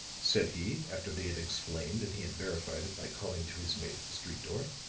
said he, after they had explained and he had verified it by calling to his mate at the street door.